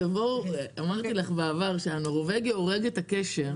אמרתי לך בעבר, שהחוק הנורבגי הורג את הקשר.